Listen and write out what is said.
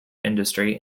industry